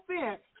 fence